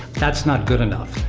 that's not good enough.